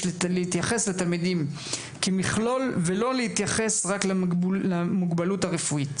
יש להתייחס לתלמידים כמכלול ולא להתייחס רק למוגבלות הרפואית.